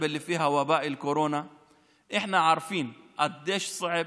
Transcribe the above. לעבור את החודש הזה בבריאות ובשלום ונשכיל לשמור